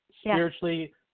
spiritually